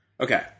Okay